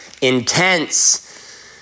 intense